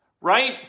right